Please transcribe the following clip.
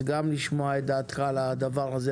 אז נשמע גם את דעתך בעניין הזה.